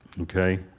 Okay